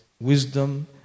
wisdom